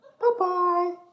Bye-bye